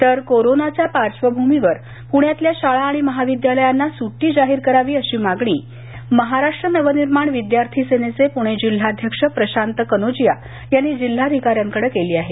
तर कोरोनाच्या पार्श्वभूमीवर प्ण्यातल्या शाळा आणि महाविद्यालयांना सुद्री जाहीर करावी अशी मागणी महाराष्ट्र नवनिर्माण विद्यार्थी सेनेचे पुणे जिल्हाध्यक्ष प्रशांत कनोजिया यांनी जिल्हाधिकाऱ्यांकडं केली आहे